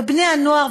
ובני-הנוער,